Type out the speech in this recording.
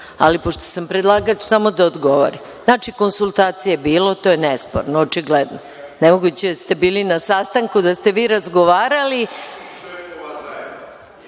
ali pošto sam predlagač samo da odgovorim. Znači, konsultacija je bilo, to je nesporno, očigledno. Moguće da ste bili na sastanku, da ste vi razgovarali.